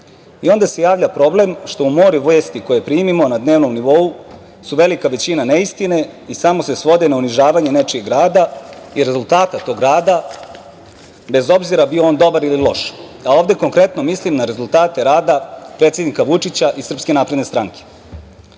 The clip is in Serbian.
Onda se javlja problem što u moru vesti koje primimo na dnevnom nivou su velika većina neistine i samo se svode na unižavanje nečijeg rada i rezultata tog rada, bez obzira bio on dobar ili loš, a ovde konkretno mislim na rezultate rada predsednika Vučića i SNS.Sve ovo što